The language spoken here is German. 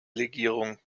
legierung